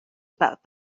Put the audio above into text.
about